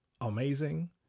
Amazing